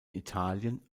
italien